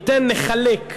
ניתן, נחלק.